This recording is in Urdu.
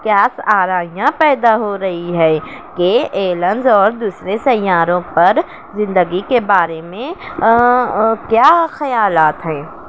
قیاس آرائیاں پیدا ہو رہی ہے کہ ایلنس اور دوسرے سیاروں پر زندگی کے بارے میں کیا خیالات ہیں